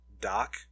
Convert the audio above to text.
Doc